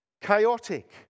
Chaotic